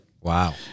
wow